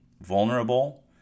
vulnerable